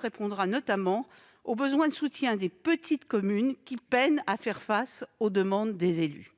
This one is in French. répondra notamment au besoin de soutien des petites communes, qui peinent à faire face aux demandes des élus.